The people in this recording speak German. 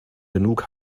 genug